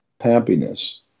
happiness